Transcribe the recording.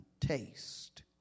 taste